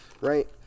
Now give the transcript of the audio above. Right